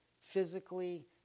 physically